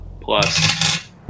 plus